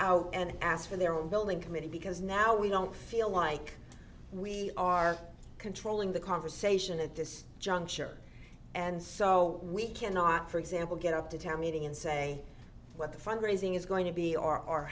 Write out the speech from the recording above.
out and asked for their own building committee because now we don't feel like we are controlling the conversation at this juncture and so we cannot for example get up to town meeting and say what the fundraising is going to be or or